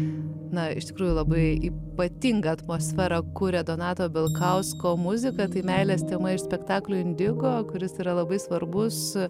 na iš tikrųjų labai ypatingą atmosferą kuria donato pilkausko muzika tai meilės tema iš spektaklio indigo kuris yra labai svarbus